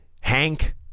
Hank